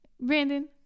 Brandon